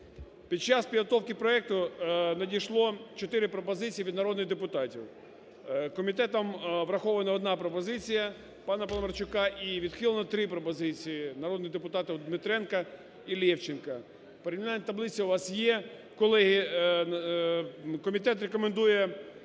Під час підготовки проекту надійшло 4 пропозиції від народних депутатів. Комітетом врахована одна пропозиція пана Паламарчука і відхилено 3 пропозиції народних депутатів Дмитренка і Левченка. Порівняльна таблиця у вас є. Колеги, комітет рекомендує